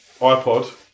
iPod